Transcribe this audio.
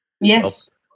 Yes